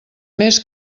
més